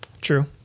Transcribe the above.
true